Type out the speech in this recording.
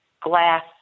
glass